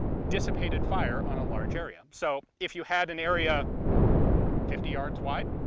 dissipated fire on a large area. so if you had an area fifty yards wide,